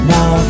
Now